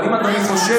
מה יש לך לחשוף?